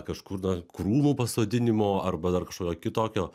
kažkur na krūmų pasodinimo arba dar kažkokio kitokio